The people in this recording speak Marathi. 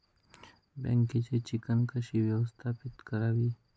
बँकेची चिकण कशी व्यवस्थापित करावी?